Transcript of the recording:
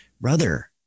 brother